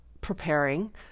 preparing